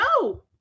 no